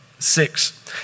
Six